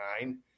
nine